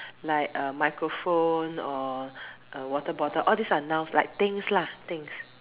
like a microphone or a water bottle all these are nouns like things lah things